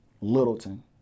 Littleton